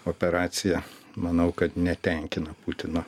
operacija manau kad netenkina putino